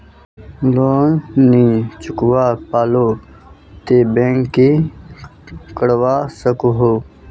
Loan नी चुकवा पालो ते बैंक की करवा सकोहो?